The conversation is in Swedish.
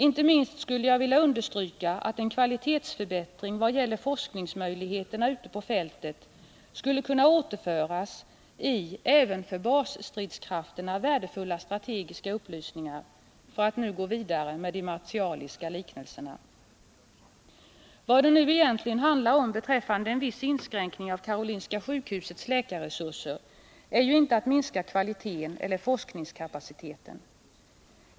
Inte minst skulle jag vilja understryka att en kvalitetsförbättring i vad gäller forskningsmöjligheterna ute på fältet skulle kunna återföras i även för basstridskrafterna värdefulla strategiska upplysningar, för att nu gå vidare med de martialiska liknelserna. Vad det nu egentligen handlar om när det gäller en viss inskränkning av Karolinska sjukhusets läkarresurser är ju inte att minska kvaliteten eller forskningskapaciteten.